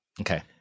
Okay